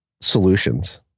solutions